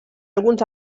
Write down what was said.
alguns